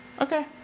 Okay